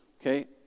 okay